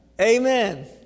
Amen